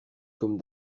comme